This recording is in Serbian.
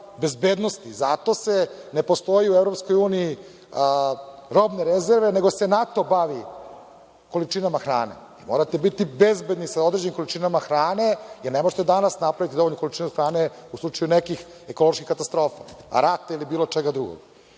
bezbednosti. Zato ne postoje u EU robne rezerve, nego se NATO bavi količinama hrane. Morate biti bezbedni sa određenim količinama hrane, jer ne možete danas napraviti dovoljnu količinu hrane u slučaju nekih ekoloških katastrofa, rata ili bilo čega drugog.